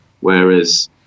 Whereas